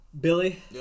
Billy